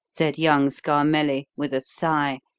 said young scarmelli, with a sigh,